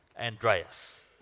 Andreas